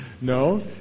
No